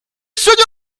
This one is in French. signe